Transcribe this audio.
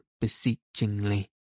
beseechingly